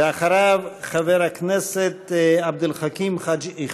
ואחריו, חבר הכנסת עבד אל חכים חאג' יחיא.